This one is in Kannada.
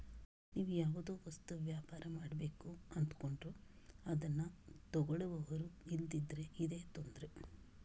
ನೀವು ಯಾವುದೋ ವಸ್ತು ವ್ಯಾಪಾರ ಮಾಡ್ಬೇಕು ಅಂದ್ಕೊಂಡ್ರು ಅದ್ನ ತಗೊಳ್ಳುವವರು ಇಲ್ದಿದ್ರೆ ಇದೇ ತೊಂದ್ರೆ